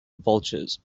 vultures